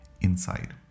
inside